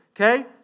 okay